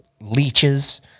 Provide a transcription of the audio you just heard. leeches